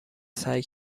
سعی